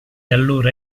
allora